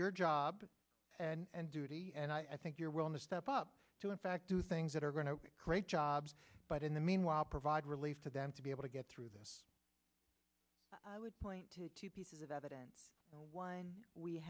your job and duty and i think you're willing to step up to in fact do things that are going to create jobs but in the meanwhile provide relief to them to be able to get through this i would point to two pieces of evidence one we